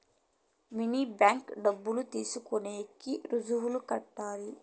mini bank డబ్బులు తీసుకునేకి రుసుములు కట్టాలి